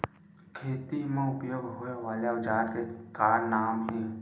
खेत मा उपयोग होए वाले औजार के का नाम हे?